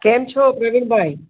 કેમ છો પ્રવીણ ભાઈ